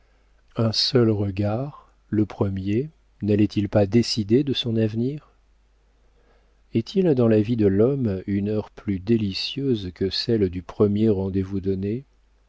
un seul regard le premier n'allait-il pas décider de son avenir est-il dans la vie de l'homme une heure plus délicieuse que celle du premier rendez-vous donné